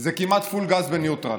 זה כמעט פול גז בניוטרל.